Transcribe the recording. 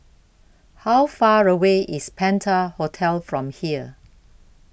How Far away IS Penta Hotel from here